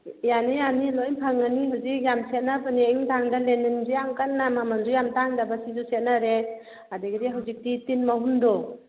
ꯌꯥꯅꯤ ꯌꯥꯅꯤ ꯂꯣꯏ ꯐꯪꯒꯅꯤ ꯍꯧꯖꯤꯛ ꯌꯥꯝ ꯁꯦꯠꯅꯕꯅꯦ ꯑꯌꯨꯛ ꯅꯨꯡꯗꯥꯡꯗ ꯂꯦꯅꯤꯟꯁꯦ ꯌꯥꯝ ꯀꯟꯅ ꯃꯃꯟꯁꯨ ꯇꯥꯡꯗꯕ ꯁꯤꯁꯨ ꯁꯦꯠꯅꯔꯦ ꯑꯗꯒꯤꯗꯤ ꯍꯧꯖꯤꯛꯇꯤ ꯇꯤꯟ ꯃꯍꯨꯝꯗꯣ